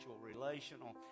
relational